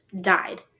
died